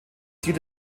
ziel